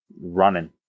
running